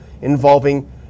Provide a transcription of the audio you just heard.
involving